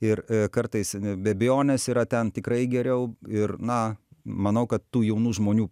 ir kartais be abejonės yra ten tikrai geriau ir na manau kad tų jaunų žmonių